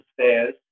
stairs